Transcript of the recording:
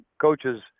coaches